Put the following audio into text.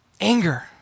Anger